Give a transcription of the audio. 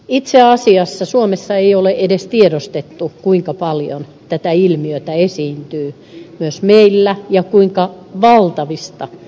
itse asiassa suomessa ei ole edes tiedostettu kuinka paljon tätä ilmiötä esiintyy myös meillä ja kuinka valtavista seurannaisvaikutuksista on kyse